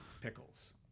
pickles